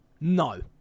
No